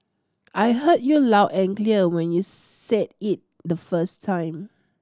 I heard you loud and clear when you said it the first time